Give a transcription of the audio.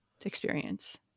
experience